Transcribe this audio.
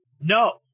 no